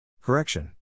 Correction